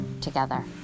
together